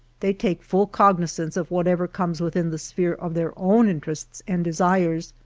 they take full cognizance of whatever comes within the sphere of their own interests and desires,